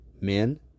men